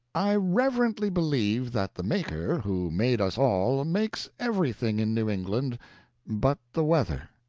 i reverently believe that the maker who made us all makes everything in new england but the weather.